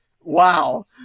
wow